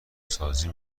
سازی